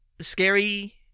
scary